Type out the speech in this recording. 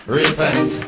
repent